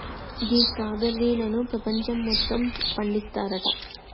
గీ స్ట్రాబెర్రీలను పెపంచం మొత్తం పండిస్తారంట